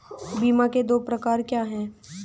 बीमा के दो प्रकार क्या हैं?